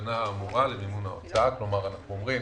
בשנה האמורה למימון ההוצאה, כלומר אנחנו אומרים